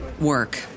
work